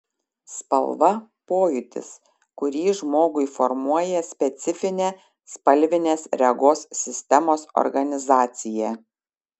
spalva pojūtis kurį žmogui formuoja specifinė spalvinės regos sistemos organizacija